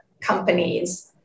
companies